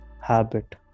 habit